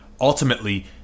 ultimately